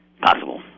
possible